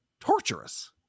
torturous